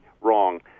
wrong